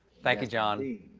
thank you, jon.